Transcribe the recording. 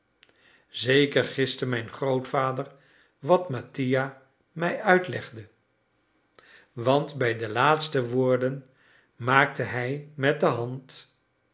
zeker giste mijn grootvader wat mattia mij uitlegde want bij die laatste woorden maakte hij met de hand